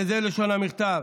וזו לשון המכתב: